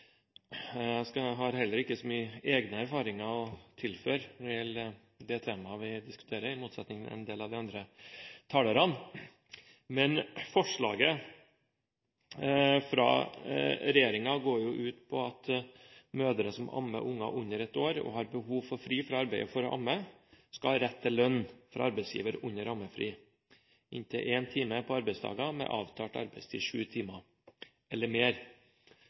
Jeg har heller ikke – i motsetning til en del av de andre talerne – så mye egne erfaringer å tilføre når det gjelder temaet vi her diskutere. Forslaget fra regjeringen går ut på at mødre som ammer barn under ett år, og som har behov for fri fra arbeidet for å amme, skal ha rett til lønn fra arbeidsgiveren under ammefri – inntil en time på arbeidsdager med avtalt arbeidstid sju timer eller mer.